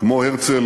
כמו הרצל,